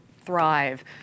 thrive